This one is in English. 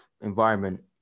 environment